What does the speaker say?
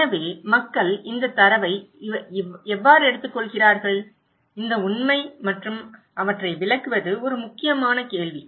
எனவே மக்கள் இந்த தரவை எவ்வாறு எடுத்துக்கொள்கிறார்கள் இந்த உண்மை மற்றும் அவற்றை விளக்குவது ஒரு முக்கியமான கேள்வி